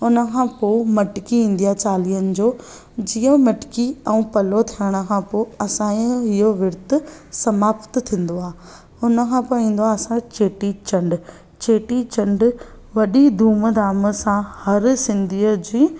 उनखां पोइ मटकी ईंदी आहे चालीहनि जो जीअं मटकी ऐं पलो थियण खां पोइ असांजो इहो विर्तु समाप्त थींदो आहे हुनखां पोइ ईंदो आहे असांजो चेटीचंड चेटीचंड वॾी धूमधाम सां हर सिंधीअ जी